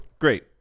great